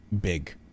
big